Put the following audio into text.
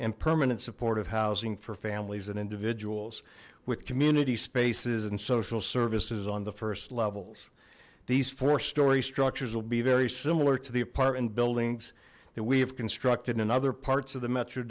and permanent supportive housing for families and individuals with community spaces and social services on the first levels these four story structures will be very similar to the apartment buildings that we have constructed in other parts of the met